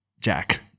Jack